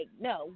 no